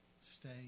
stay